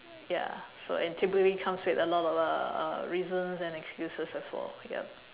ya so and typically comes with a lot of uh uh reasons and excuses as well